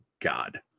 god